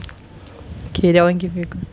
okay that [one] give you